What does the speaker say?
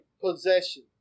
possession